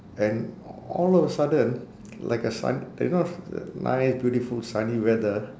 and all of a sudden like a sun you know nice beautiful sunny weather